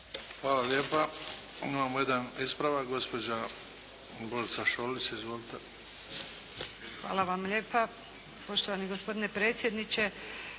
Hvala lijepa. Imamo jedan ispravak. Gospođa Božica Šolić. Izvolite. **Šolić, Božica (HDZ)** Hvala vam lijepa. Poštovani gospodine predsjedniče,